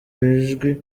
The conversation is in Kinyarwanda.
ijwi